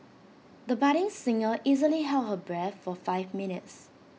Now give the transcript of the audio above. the budding singer easily held her breath for five minutes